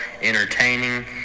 entertaining